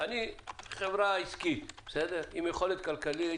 אני חברה עסקית עם יכולת כלכלית,